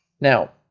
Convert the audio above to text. Now